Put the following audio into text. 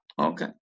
Okay